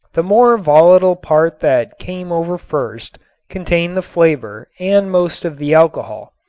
the more volatile part that came over first contained the flavor and most of the alcohol.